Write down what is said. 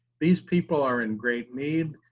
these people are in great need,